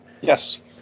Yes